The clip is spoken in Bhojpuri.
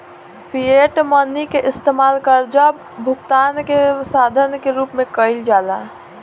फिएट मनी के इस्तमाल कर्जा भुगतान के साधन के रूप में कईल जाला